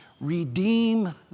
redeem